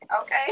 Okay